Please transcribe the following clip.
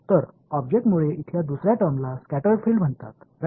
तर ऑब्जेक्टमुळे इथल्या दुसर्या टर्मला स्कॅटर्ड फील्ड म्हणतात राईट